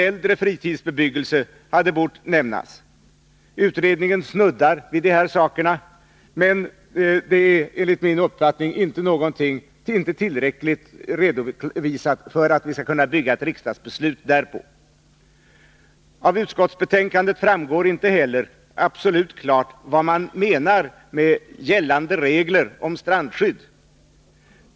Äldre fritidsbebyggelse borde ha nämnts. Utredningen snuddar vid dessa saker, men de är enligt min uppfattning inte tillräckligt redovisade för att vi skall kunna bygga ett riksdagsbeslut därpå. Av betänkandet framgår inte heller absolut klart vad man menar med gällande regler om strandskydd.